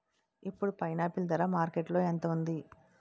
ఇప్పుడు పైనాపిల్ ధర మార్కెట్లో ఎంత ఉంది?